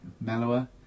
mellower